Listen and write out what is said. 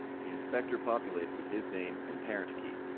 the inspector populates with his name and parent key.